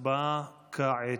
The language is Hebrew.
הצבעה כעת.